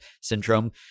syndrome